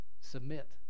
submit